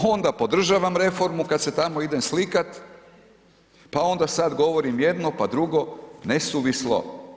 Onda podržavam reformu kada se tamo idem slika, pa onda sada govorim jedno pa drugo, nesuvislo.